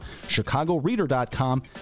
chicagoreader.com